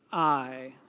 i.